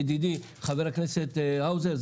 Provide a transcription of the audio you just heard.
ידידי חבר הכנסת האוזר,